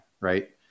right